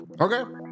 Okay